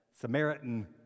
Samaritan